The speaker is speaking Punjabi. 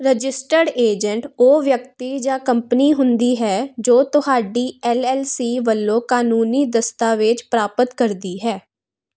ਰਜਿਸਟਰਡ ਏਜੰਟ ਉਹ ਵਿਅਕਤੀ ਜਾਂ ਕੰਪਨੀ ਹੁੰਦੀ ਹੈ ਜੋ ਤੁਹਾਡੀ ਐੱਲ ਐੱਲ ਸੀ ਵੱਲੋਂ ਕਾਨੂੰਨੀ ਦਸਤਾਵੇਜ਼ ਪ੍ਰਾਪਤ ਕਰਦੀ ਹੈ